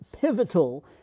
pivotal